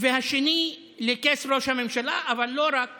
והשני בכס ראש הממשלה, אבל לא רק